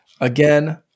again